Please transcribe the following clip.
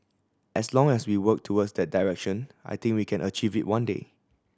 as long as we work towards that direction I think we can achieve it one day